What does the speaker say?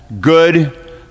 good